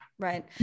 Right